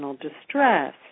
distress